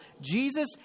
Jesus